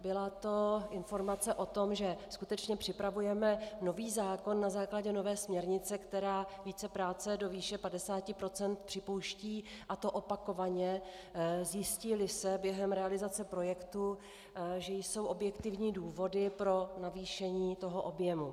Byla to informace o tom, že skutečně připravujeme nový zákon na základě nové směrnice, která vícepráce do výše 50 % připouští, a to opakovaně, zjistíli se během realizace projektu, že jsou objektivní důvody pro navýšení objemu.